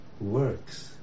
works